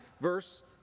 verse